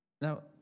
Now